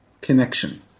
connection